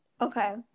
Okay